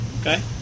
Okay